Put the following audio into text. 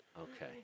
Okay